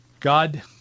God